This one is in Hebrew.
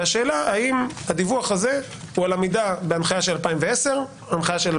והשאלה האם הדיווח הזה הוא על עמידה בהנחיה של 2010 או הנחיה של